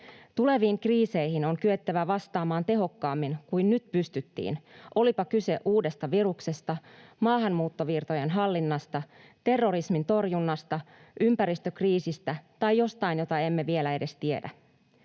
Tuleviin kriiseihin on kyettävä vastaamaan tehokkaammin kuin nyt pystyttiin, olipa kyse uudesta viruksesta, maahanmuuttovirtojen hallinnasta, terrorismin torjunnasta, ympäristökriisistä tai jostain, jota emme vielä edes tiedä.